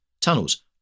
tunnels